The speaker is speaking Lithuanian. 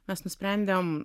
mes nusprendėm